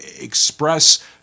express